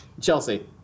Chelsea